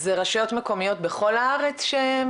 זה רשויות מקומיות בכל הארץ,